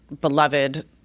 beloved